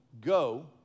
Go